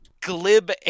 glib